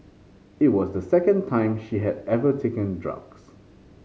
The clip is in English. it was the second time she had ever taken drugs